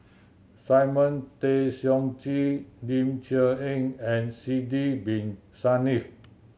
Simon Tay Seong Chee Ling Cher Eng and Sidek Bin Saniff